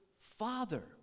father